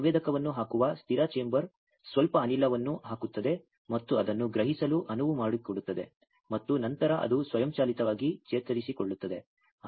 ನೀವು ಸಂವೇದಕವನ್ನು ಹಾಕುವ ಸ್ಥಿರ ಚೇಂಬರ್ ಸ್ವಲ್ಪ ಅನಿಲವನ್ನು ಹಾಕುತ್ತದೆ ಮತ್ತು ಅದನ್ನು ಗ್ರಹಿಸಲು ಅನುವು ಮಾಡಿಕೊಡುತ್ತದೆ ಮತ್ತು ನಂತರ ಅದು ಸ್ವಯಂಚಾಲಿತವಾಗಿ ಚೇತರಿಸಿಕೊಳ್ಳುತ್ತದೆ